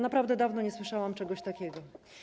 Naprawdę, dawno nie słyszałam czegoś takiego.